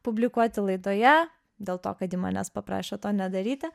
publikuoti laidoje dėl to kad ji manęs paprašė to nedaryti